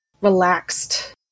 relaxed